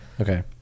Okay